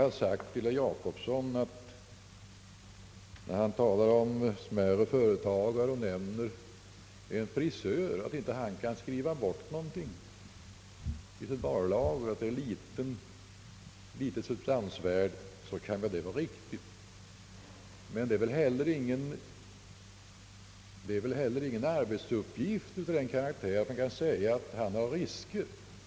Herr Jacobsson talar om smärre företagare och nämner att exempelvis en frisör inte kan skriva bort någonting — hans varulager har så litet substansvärde. Det kan vara riktigt, men arbetsuppgiften är väl inte heller i sådana fall av den karaktären att man kan säga att företagaren löper risker.